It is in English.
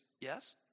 Yes